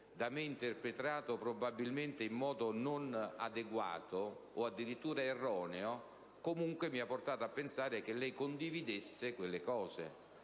da me interpretato probabilmente in modo non adeguato o addirittura erroneo, comunque mi ha portato a pensare che verosimilmente lei condividesse quelle cose.